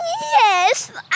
Yes